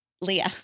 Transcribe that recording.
Leah